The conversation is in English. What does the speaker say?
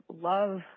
love